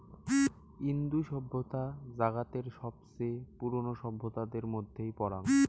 ইন্দু সভ্যতা জাগাতের সবচেয়ে পুরোনো সভ্যতাদের মধ্যেই পরাং